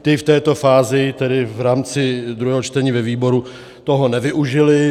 Ti v této fázi tedy v rámci druhého čtení ve výboru toho nevyužili.